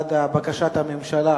זה בעד דיון במליאה.